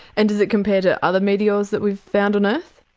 and does it compare to other meteors that we've found on ah earth?